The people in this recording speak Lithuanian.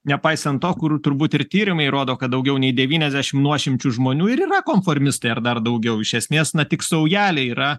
nepaisant to kur turbūt ir tyrimai rodo kad daugiau nei devyniasdešimt nuošimčių žmonių ir yra konformistai ar dar daugiau iš esmės na tik saujelė yra